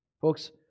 Folks